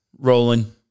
Rolling